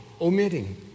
omitting